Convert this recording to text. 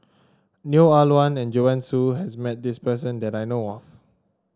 Neo Ah Luan and Joanne Soo has met this person that I know of